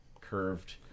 curved